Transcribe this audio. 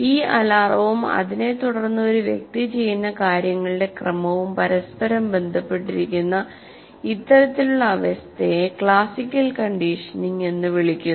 ഈ അലാറവും അതിനെ തുടർന്ന് ഒരു വ്യക്തി ചെയ്യുന്ന കാര്യങ്ങളുടെ ക്രമവും പരസ്പരം ബന്ധപ്പെട്ടിരിക്കുന്ന ഇത്തരത്തിലുള്ള അവസ്ഥയെ ക്ലാസിക്കൽ കണ്ടീഷനിംഗ് എന്ന് വിളിക്കുന്നു